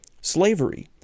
slavery